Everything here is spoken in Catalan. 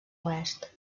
oest